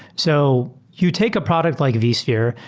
so you take a product like vsphere,